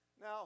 Now